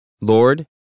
Lord